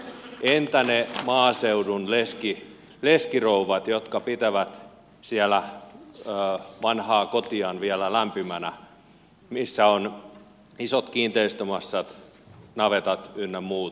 entä ne maaseudun leskirouvat jotka pitävät siellä vanhaa kotiaan vielä lämpimänä missä on isot kiinteistömassat navetat ynnä muut